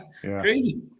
Crazy